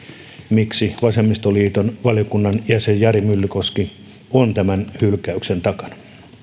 miksi valiokunnan jäsen vasemmistoliiton jari myllykoski on tämän hylkäyksen takana